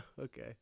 Okay